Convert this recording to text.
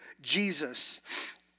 Jesus